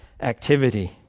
activity